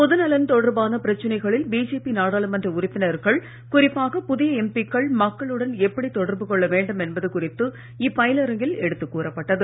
பொதுநலன் தொடர்பான பிரச்சனைகளில் பிஜேபி நாடாளுமன்ற உறுப்பினர்கள் குறிப்பாக புதிய எம்பி க்கள் மக்களுடன் எப்படி தொடர்பு கொள்ள வேண்டும் என்பது குறித்து இப்பயிலரங்கில் எடுத்துக் கூறப்பட்டது